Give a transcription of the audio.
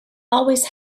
always